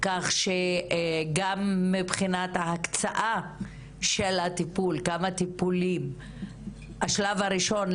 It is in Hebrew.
גם מבחינת ההקצאה של הטיפולים - בשלב הראשון,